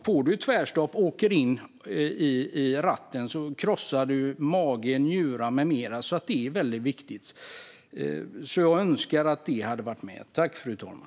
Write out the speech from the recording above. Får du tvärstopp och åker in i ratten krossar du magen, njurar och så vidare. Jag önskar att dessa frågor hade tagits med.